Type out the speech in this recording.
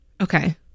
Okay